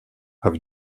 i’ve